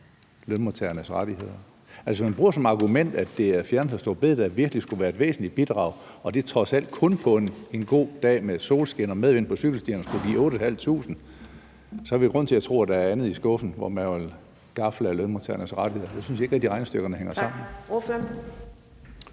lønmodtagernes rettigheder? Altså, man bruger som argument, at en fjernelse af store bededag virkelig skulle være et væsentligt bidrag, og det er trods alt kun på en god dag med solskin og medvind på cykelstierne, at det skulle blive 8.500. Så har vi grund til at tro, at der er andet i skuffen, hvor man vil gafle lønmodtagernes rettigheder? Jeg synes ikke rigtig, regnestykkerne hænger sammen.